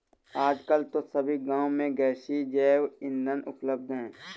आजकल तो सभी गांव में गैसीय जैव ईंधन उपलब्ध है